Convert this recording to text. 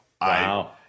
Wow